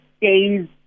days